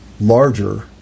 larger